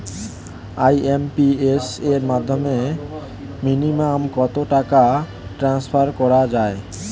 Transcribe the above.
IMPS এর মাধ্যমে minimum কত টাকা ট্রান্সফার করা যায়?